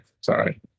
Sorry